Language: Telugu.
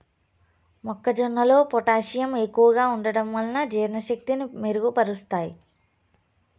మొక్క జొన్నలో పొటాషియం ఎక్కువగా ఉంటడం వలన జీర్ణ శక్తిని మెరుగు పరుస్తాది